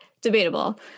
debatable